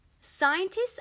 Scientists